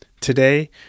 Today